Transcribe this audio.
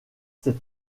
cet